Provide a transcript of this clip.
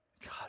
God